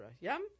Yum